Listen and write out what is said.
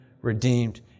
redeemed